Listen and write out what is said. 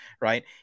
right